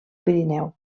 pirineu